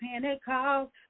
Pentecost